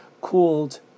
called